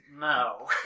No